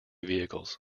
vehicles